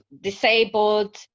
disabled